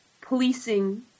policing